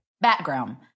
Background